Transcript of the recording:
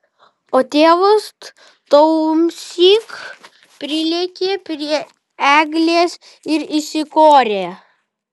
o tėvas tuomsyk prilėkė prie eglės ir įsikorė